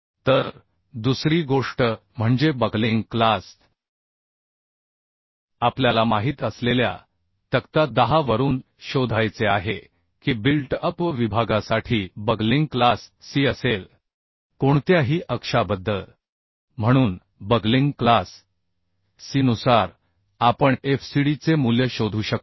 तर दुसरी गोष्ट म्हणजे बकलिंग क्लास आपल्याला माहित असलेल्या तक्ता 10 वरून शोधायचे आहे की बिल्ट अप विभागासाठी बकलिंग क्लास कोणत्याही अक्षाबद्दल C असेल म्हणून बकलिंग क्लास Cनुसार आपण FCD चे मूल्य शोधू शकतो